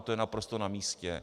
To je naprosto namístě.